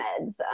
meds